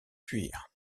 fuir